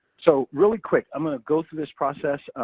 so, really quick i'm gonna go through this process.